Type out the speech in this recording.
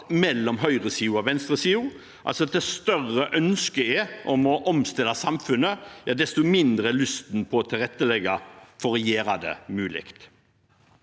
mellom høyresiden og venstresiden – altså at jo større ønsket om å omstille samfunnet er, desto mindre er lysten til å tilrettelegge for å gjøre det mulig.